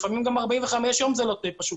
לפעמים גם 45 ימים לא פשוט.